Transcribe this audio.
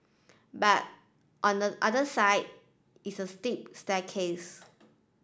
but on the other side is a steep staircase